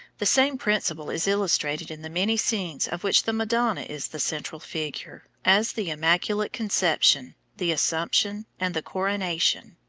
the same principle is illustrated in the many scenes of which the madonna is the central figure, as the immaculate conception, the assumption, and the coronation.